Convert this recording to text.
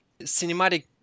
cinematic